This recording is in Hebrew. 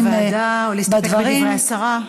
להעביר לוועדה, או להסתפק בדברי השרה?